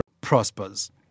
prospers